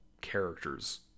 characters